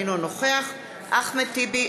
אינו נוכח אחמד טיבי,